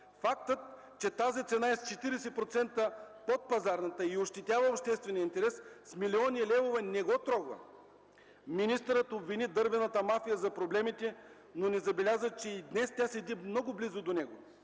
Фактът, че тази цена е с 40% под пазарната и ощетява обществения интерес с милиони левове, не го трогва. Министърът обвини дървената мафия за проблемите, но не забелязва, че и днес тя стои много близо до него.